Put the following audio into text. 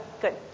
Good